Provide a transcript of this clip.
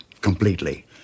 completely